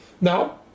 Now